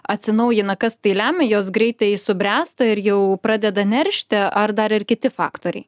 atsinaujina kas tai lemia jos greitai subręsta ir jau pradeda neršti ar dar ir kiti faktoriai